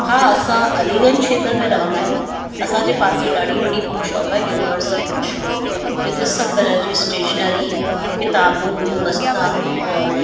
हा असां अलीगंज खेत्र में रहंदा आहियूं असांजे पासे ॾाढी वॾी बुकशॉप आ यूनिवर्सल बुकशॉप जिते सभु तरह जी स्टेशनरी किताबूं बस्ता औरि